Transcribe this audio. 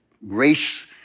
Race